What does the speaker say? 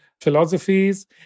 philosophies